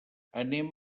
anem